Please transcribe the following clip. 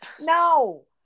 No